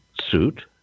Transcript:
suit